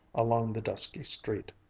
along the dusky street.